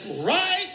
right